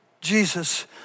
Jesus